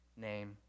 name